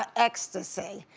ah ecstasy,